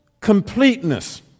completeness